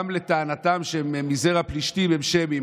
גם לטענתם, שהם מזרע פלישתים, הם שמים.